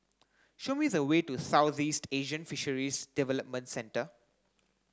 show me the way to Southeast Asian Fisheries Development Centre